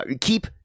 keep